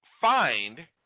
find